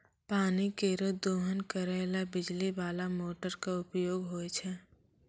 पानी केरो दोहन करै ल बिजली बाला मोटर क उपयोग होय छै